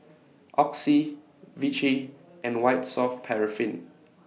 Oxy Vichy and White Soft Paraffin